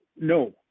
No